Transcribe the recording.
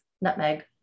nutmeg